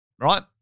right